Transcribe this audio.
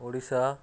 Odisha